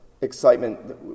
excitement